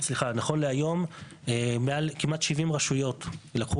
נכון להיום מעל כמעט 70 רשויות לקחו